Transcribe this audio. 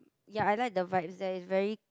ya I like the vibes there it's very